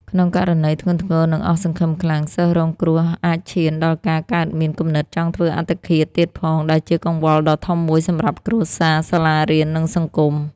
ក្នុងករណីធ្ងន់ធ្ងរ និងអស់សង្ឃឹមខ្លាំង សិស្សរងគ្រោះអាចឈានដល់ការកើតមាន គំនិតចង់ធ្វើអត្តឃាត ទៀតផង ដែលជាកង្វល់ដ៏ធំមួយសម្រាប់គ្រួសារ សាលារៀន និងសង្គម។